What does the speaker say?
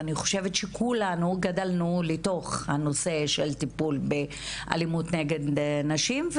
ואני חושבת שכולנו גדלנו לתוך הנושא של טיפול באלימות נגד נשים,